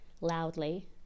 loudly